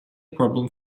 problem